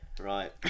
right